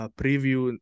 preview